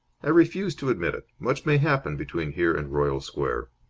i refuse to admit it. much may happen between here and royal square.